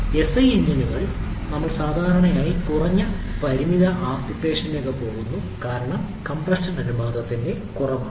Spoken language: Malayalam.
എസ്ഐ എഞ്ചിനുകൾ ഞങ്ങൾ സാധാരണയായി കുറഞ്ഞ പവർ ആപ്ലിക്കേഷനുകളിലേക്ക് പരിമിതപ്പെടുത്തിയിരിക്കുന്നു കാരണം കംപ്രഷൻ അനുപാതം കുറവാണ്